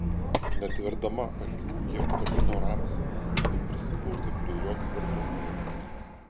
neatverdama akių ji apkabino ramzį ir prisiglaudė prie jo tvirto kūno